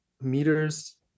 meters